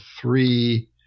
three